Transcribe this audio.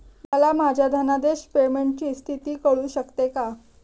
मला माझ्या धनादेश पेमेंटची स्थिती कळू शकते का?